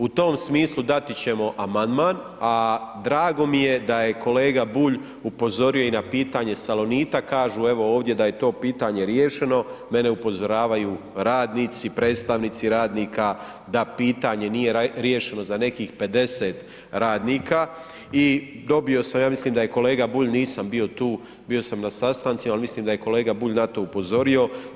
U tom smislu dati ćemo amandman, a drago mi je da je kolega Bulj upozorio i na pitanje Salonita, kažu evo ovdje da je to pitanje riješeno, mene upozoravaju radnici, predstavnici radnika da pitanje nije riješeno za nekih 50 radnika i dobio sam, ja mislim da je kolega Bulj, nisam bio tu, bio sam na sastancima, ali mislim da je kolega Bulj na to upozorio.